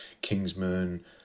Kingsman